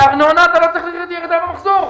אבל ארנונה אתה לא צריך לראות ירידה במחזור.